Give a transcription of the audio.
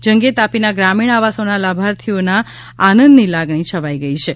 જે અંગે તાપીના ગ્રામીણ આવાસોના લાભાર્થોમાં આનંદની લાગણી છવાઈ છે